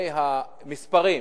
למספרים.